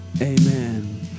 amen